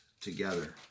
together